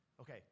Okay